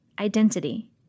identity